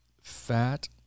fat